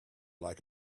like